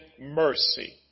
mercy